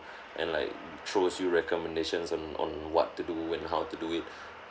and like throws you recommendations on on what to do and how to do it